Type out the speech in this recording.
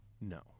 No